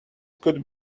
could